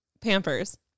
Pampers